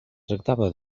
tractava